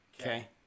Okay